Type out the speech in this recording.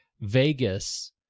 Vegas